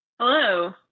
Hello